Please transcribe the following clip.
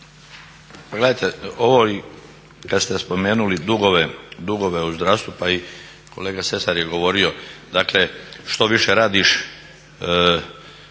Pa gledajte ovo kada ste spomenuli dugove u zdravstvu pa i kolega Lesar je govorio dakle što više radiš